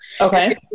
Okay